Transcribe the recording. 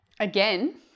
Again